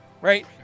right